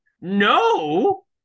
No